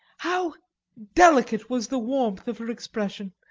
how delicate was the warmth of her expression!